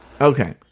Okay